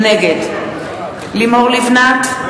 נגד לימור לבנת,